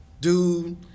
Dude